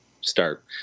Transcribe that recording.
start